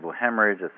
hemorrhage